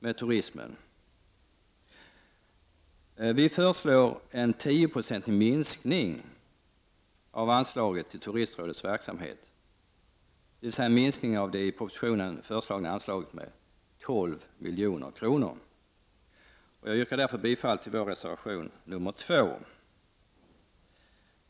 Miljöpartiet föreslår en tioprocentig minskning av anslaget till Turistrådets verksamhet, dvs. en minskning av det i propositionen föreslagna anslaget med 12 milj.kr. Jag yrkar därför bifall till reservation nr 2.